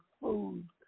food